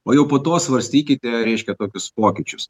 o jau po to svarstykite reiškia tokius pokyčius